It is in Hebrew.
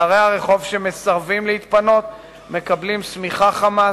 דרי הרחוב שמסרבים להתפנות מקבלים שמיכה חמה,